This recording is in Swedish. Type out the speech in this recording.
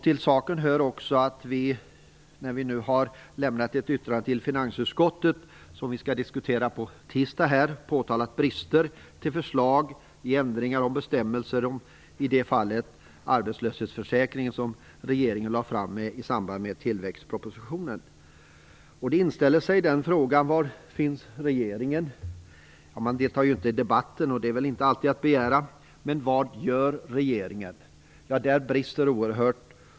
Till saken hör också att vi, när vi nu har lämnat ett yttrande till finansutskottet - som vi skall diskutera på tisdag - har påtalat brister i förslaget till ändringar av bestämmelser i arbetslöshetsförsäkringen, som regeringen lade fram i samband med tillväxtpropositionen. Då inställer sig frågan: Var finns regeringen? Man deltar inte i debatten, och det är väl inte alltid att begära. Men vad gör regeringen? Där brister det oerhört.